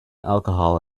alcohol